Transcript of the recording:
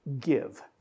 give